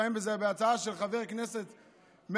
לפעמים זה בהצעה של חבר כנסת מהקואליציה,